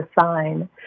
sign